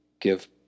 give